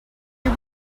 you